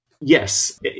Yes